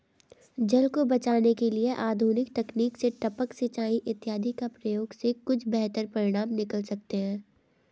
जल को बचाने के लिए आधुनिक तकनीक से टपक सिंचाई इत्यादि के प्रयोग से कुछ बेहतर परिणाम निकल सकते हैं